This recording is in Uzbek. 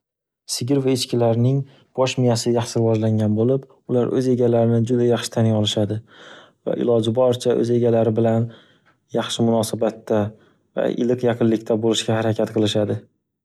Sigir va echkilarning bosh miyasi yaxshi rivojlangan bo'lib, ular o'z egalarini juda yaxshi taniy olishadi va iloji boricha o'z egalari bilan yaxshi munosabatda va iliq yaqinlikda bo'lishga harakat qilishadi.